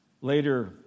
later